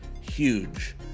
huge